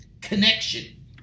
connection